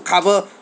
cover